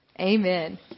Amen